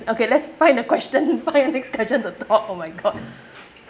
okay let's find the question find the next question to talk oh my god